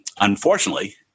Unfortunately